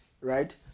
right